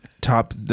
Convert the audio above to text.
top